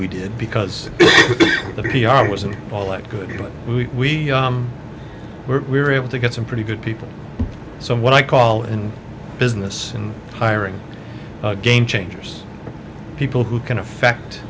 we did because the p r wasn't all that good you know we were we were able to get some pretty good people so what i call in business and hiring game changers people who can affect